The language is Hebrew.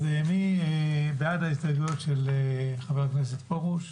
אז מי בעד ההסתייגויות של חבר הכנסת פרוש?